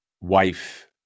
wife